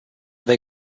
they